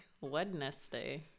Wednesday